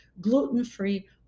gluten-free